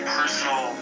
personal